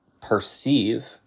perceive